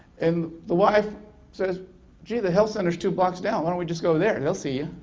and the wife says gee the health center is two blocks down why don't we just go there and they'll see